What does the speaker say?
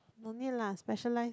no need lah specialise